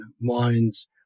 wines